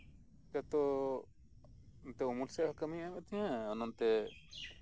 ᱡᱷᱚᱛᱚ ᱱᱚᱛᱮ ᱩᱢᱩᱞᱥᱮᱫ ᱦᱚᱸ ᱠᱟᱹᱢᱤ ᱦᱳᱭᱳᱜ ᱛᱤᱧᱟᱹ ᱱᱚᱛᱮ